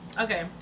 Okay